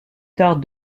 tard